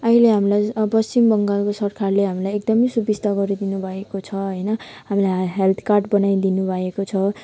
अहिले हामीलाई अब पश्चिम बङ्गालको सरकारले हामीलाई एकदमै सुविस्ता गरिदिनु भएको छ होइन हामीलाई हे हेल्थ कार्ड बनाइदिनु भएको छ